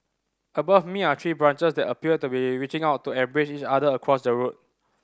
above me are tree branches that appear to be reaching out to embrace each other across the road